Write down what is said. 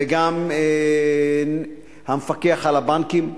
וגם נציגי המפקח על הבנקים,